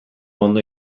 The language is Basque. ondo